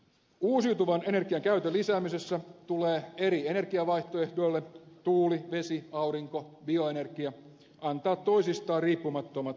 uusiutuvan energian käytön lisäämisessä tulee eri energiavaihtoehdoille tuuli vesi aurinko bioenergia antaa toisistaan riippumattomat kehitysmahdollisuudet